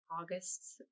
August